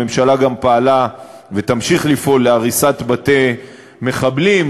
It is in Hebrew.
הממשלה גם פעלה ותמשיך לפעול להריסת בתי מחבלים,